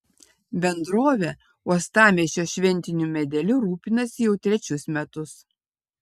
bendrovė uostamiesčio šventiniu medeliu rūpinasi jau trečius metus